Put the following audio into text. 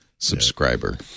subscriber